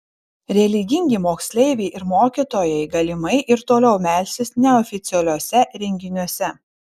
religingi moksleiviai ir mokytojai galimai ir toliau melsis neoficialiuose renginiuose